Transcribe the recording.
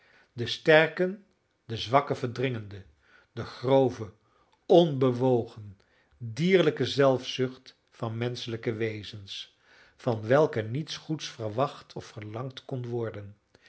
heeten de sterken de zwakken verdringende de grove onbedwongen dierlijke zelfzucht van menschelijke wezens van welke niets goeds verwacht of verlangd kon worden